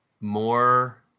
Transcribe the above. more